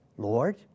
Lord